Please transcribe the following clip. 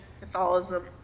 Catholicism